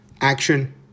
Action